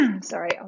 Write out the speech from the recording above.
sorry